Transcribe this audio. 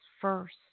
first